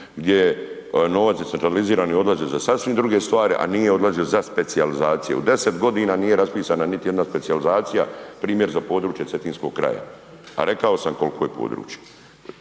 gdje novac centralizirani odlazi za sasvim druge stvari, a nije odlazio za specijalizaciju. U 10 godina nije raspisana niti jedna specijalizacija primjer za područje Cetinskog kraja, a rekao sam koliko je područje.